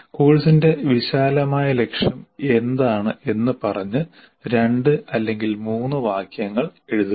കോഴ്സിന്റെ വിശാലമായ ലക്ഷ്യം എന്താണ് എന്ന് പറഞ്ഞ് 2 അല്ലെങ്കിൽ 3 വാക്യങ്ങൾ എഴുതുക